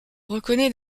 reconnaît